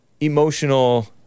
emotional